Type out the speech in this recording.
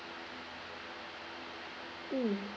mm